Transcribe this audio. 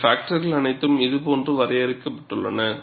இந்த பாக்டர்கள் அனைத்தும் இதுபோன்று வரையறுக்கப்பட்டுள்ளன